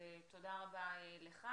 אז תודה רבה לך.